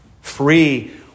free